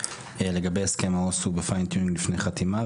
לגבי הסכם העו"ס הוא בפיין-טיונינג לפני חתימה,